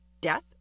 death